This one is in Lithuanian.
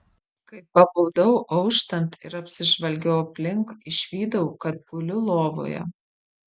kai pabudau auštant ir apsižvalgiau aplink išvydau kad guliu lovoje